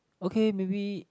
okay maybe